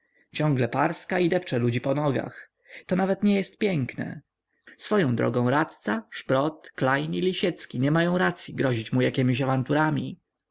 ciągle parska i depcze ludzi po nogach to nawet nie jest pięknie swoją drogą radca szprot klejn i lisiecki nie mają racyi grozić mu jakiemiś